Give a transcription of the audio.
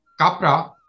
Kapra